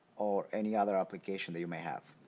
or any other application that you may have.